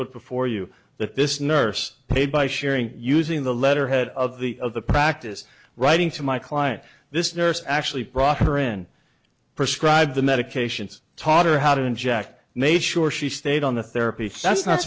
put before you that this nurse paid by sharing using the letterhead of the of the practice writing to my client this nurse actually brought her in prescribed the medications taught her how to inject made sure she stayed on the therapy